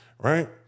right